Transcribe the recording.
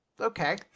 okay